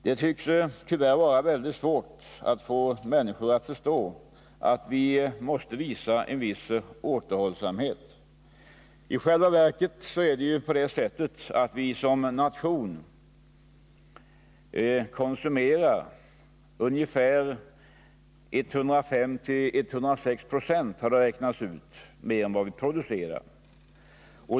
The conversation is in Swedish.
Det tycks tyvärr vara mycket svårt att få människor att förstå, att vi måste visa en viss återhållsamhet. I själva verket konsumerar vi, enligt vad som har räknats ut, som nation ungefär 105-106 96 av vad vi producerar.